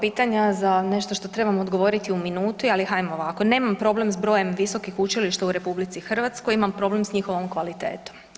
Puno pitanja za nešto što trebam odgovoriti u minuti, ali hajmo ovako, nemam problem s brojem visokih učilišta u RH, imam problem s njihovom kvalitetom.